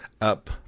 up